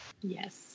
yes